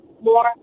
more